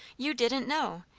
you didn't know!